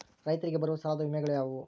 ರೈತರಿಗೆ ಬರುವ ಸಾಲದ ವಿಮೆಗಳು ಯಾವುವು?